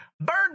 Burn